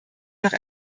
noch